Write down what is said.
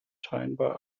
scheinbar